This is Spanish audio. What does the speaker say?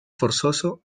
forzoso